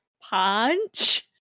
punch